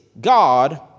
God